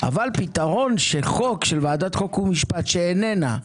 אבל הפתרון שחוק של ועדת החוקה חוק ומשפט שאיננה,